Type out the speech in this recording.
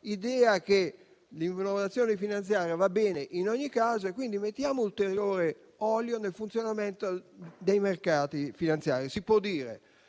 l'idea che l'innovazione finanziaria vada bene in ogni caso e quindi mettiamo ulteriore olio nel funzionamento dei mercati finanziari.